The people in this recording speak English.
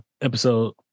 episode